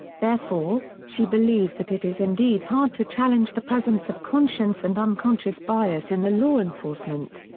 therefore, she believes that it is indeed hard to challenge the presence of conscience and unconscious bias in the law enforcement.